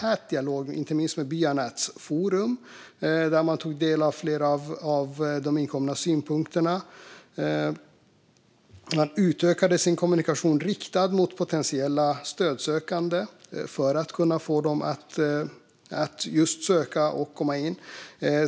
tät dialog med inte minst Byanätsforum, där man tog del av flera av de inkomna synpunkterna. Man utökade sin kommunikation riktad mot potentiella stödsökande för att kunna få dem att söka och komma in.